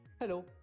Hello